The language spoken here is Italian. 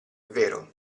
vero